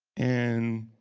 and